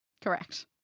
Correct